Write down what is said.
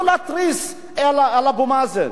לא להתריס מול אבו מאזן.